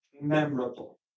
memorable